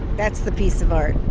that's the piece of art.